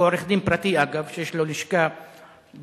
הוא עורך-דין פרטי, אגב, יש לו לשכה בלונדון.